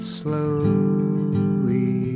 slowly